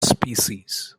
species